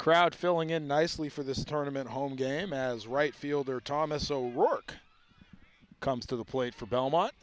crowd filling in nicely for this tournament home game as right fielder thomas o'rourke comes to the plate for belmont